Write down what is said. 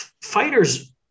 fighters